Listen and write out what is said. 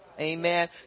Amen